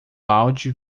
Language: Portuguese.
balde